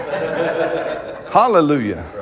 Hallelujah